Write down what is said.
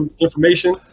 information